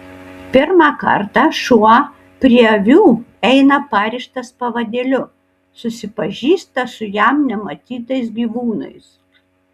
pirmą kartą šuo prie avių eina parištas pavadėliu susipažįsta su jam nematytais gyvūnais